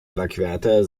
überquerte